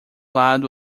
lado